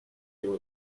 your